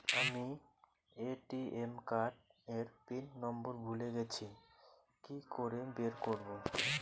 আমি ATM card এর PIN number ভুলে গেছি কি করে বের করব?